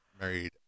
Married